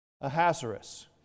Ahasuerus